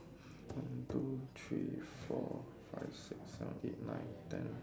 one two three four five six seven eight nine ten